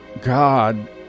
God